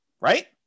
Right